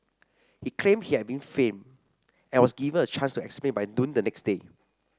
he claimed he had been framed and was given a chance to explain by noon the next day